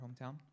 hometown